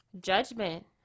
judgment